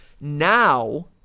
now –